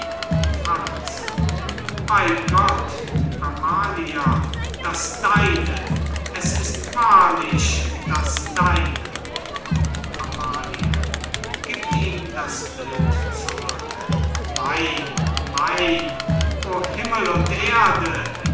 franz bey gott amalia das deine es ist wahrlich das deine amalia gibt ihm das bild zurück mein mein o himmel und erde